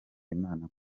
imana